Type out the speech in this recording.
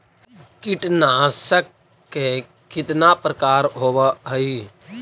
कीटनाशक के कितना प्रकार होव हइ?